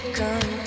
come